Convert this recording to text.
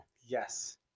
Yes